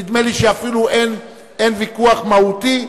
נדמה לי שאפילו אין ויכוח מהותי.